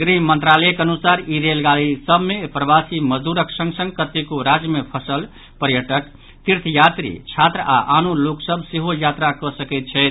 गृह मंत्रालयक अनुसार ई रेलगाड़ी सभ मे प्रवासी मजदूरक संग संग कतेको राज्य मे फंसल पर्यटक तीर्थयात्री छात्र आओर आनो लोक सभ सेहो यात्रा कऽ सकैत छथि